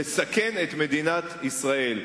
לסכן את מדינת ישראל.